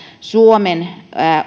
suomen